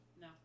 No